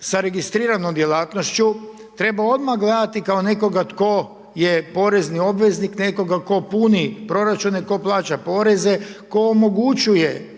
sa registriranom djelatnošću, treba odmah gledati kao nekoga tko je porezni obveznik, nekoga tko puni proračune, tko plaća poreze, tko omogućuje